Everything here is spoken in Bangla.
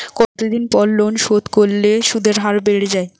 কতদিন পর লোন শোধ করলে সুদের হার বাড়ে য়ায়?